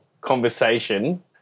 conversation